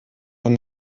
von